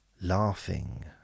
laughing